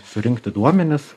surinkti duomenis